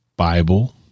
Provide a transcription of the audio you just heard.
Bible